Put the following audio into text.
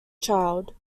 child